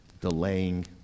delaying